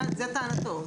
זאת טענתו.